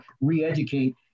re-educate